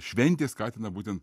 šventė skatina būtent